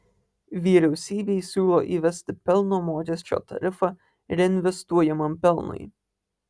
vyriausybei siūlo įvesti pelno mokesčio tarifą reinvestuojamam pelnui